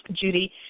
Judy